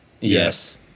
Yes